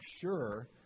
sure